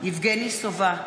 יבגני סובה,